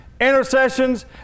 intercessions